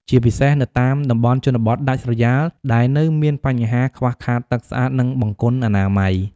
ជាពិសេសនៅតាមតំបន់ជនបទដាច់ស្រយាលដែលនៅមានបញ្ហាខ្វះខាតទឹកស្អាត និងបង្គន់អនាម័យ។